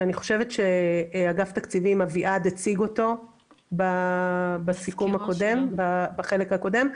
שאני חושבת שאביעד מאגף תקציבים הציג בחלק הקודם.